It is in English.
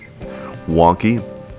wonky